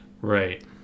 Right